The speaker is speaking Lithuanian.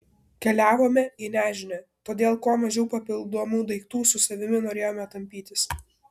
keliavome į nežinią todėl kuo mažiau papildomų daiktų su savimi norėjome tampytis